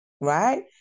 right